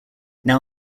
now